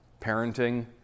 parenting